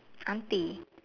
aunty